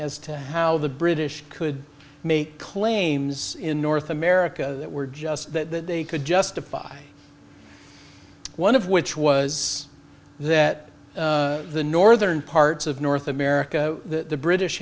as to how the british could make claims in north america that were just that they could justify one of which was that the northern parts of north america the british